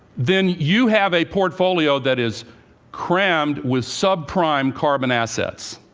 then you have a portfolio that is crammed with sub-prime carbon assets.